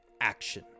action